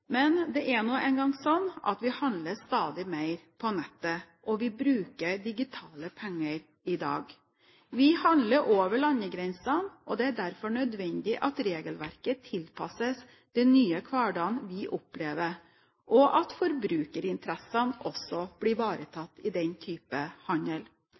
Men det er nå en gang sånn at vi handler stadig mer på nettet, og vi bruker digitale penger i dag. Vi handler over landegrensene, og det er derfor nødvendig at regelverket tilpasses den nye hverdagen vi opplever, og at forbrukerinteressene også blir ivaretatt i den type handel.